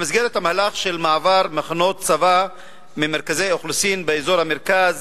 במסגרת המהלך של מעבר מחנות צבא ממרכזי אוכלוסין באזור המרכז